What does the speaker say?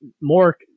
more